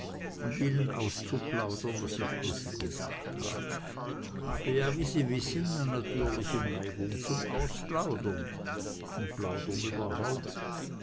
und ihnen auszuplaudern was ich über sie gedacht habe habe ja wie sie wissen ne natürliche neigung zum ausplaudern zum plaudern überhaupt